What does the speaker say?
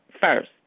first